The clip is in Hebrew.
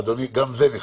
אדוני, גם זה נכנס.